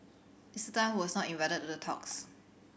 Mister Tan who was not invited to the talks